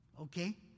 okay